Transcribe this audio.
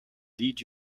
lead